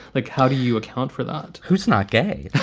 like, how do you account for that? who's not gay